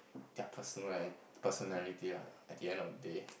their personali~ personality lah at the end of the day